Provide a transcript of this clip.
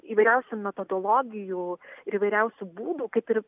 įvairiausių metodologijų ir įvairiausių būdų kaip ir